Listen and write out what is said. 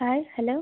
hi hello